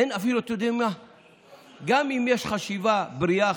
אומנם הוועדה המסדרת,